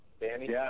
Danny